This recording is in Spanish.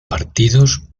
partidos